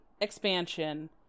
expansion